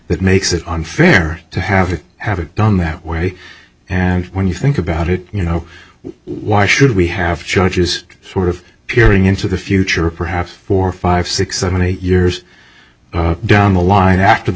that makes it unfair to have to have it done that way and when you think about it you know why should we have judges sort of appearing into the future perhaps four five six seven eight years down the line after the